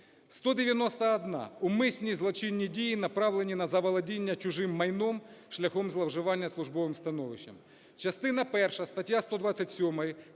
191 – умисні злочинні дії, направлені на заволодіння чужим майном шляхом зловживання службовим становищем;